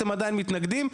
אתם עדיין מתנגדים,